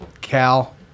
Cal